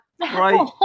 Right